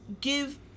give